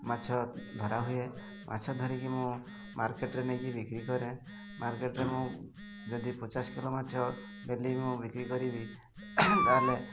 ମାଛ ଧରା ହୁଏ ମାଛ ଧରିକି ମୁଁ ମାର୍କେଟରେ ନେଇକି ବିକ୍ରି କରେ ମାର୍କେଟରେ ମୁଁ ଯଦି ପଚାଶ କିଲୋ ମାଛ ଡେଲି ମୁଁ ବିକ୍ରି କରିବି ତା'ହେଲେ